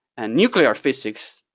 and nuclear physics,